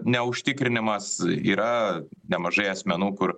neužtikrinimas yra nemažai asmenų kur